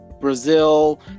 Brazil